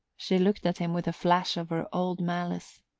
she looked at him with a flash of her old malice.